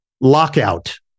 lockout